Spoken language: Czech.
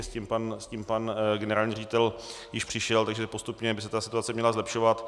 S tím pan generální ředitel již přišel, takže postupně by se ta situace měla zlepšovat.